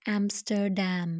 Amsterdam